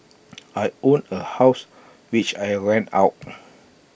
I own A house which I rent out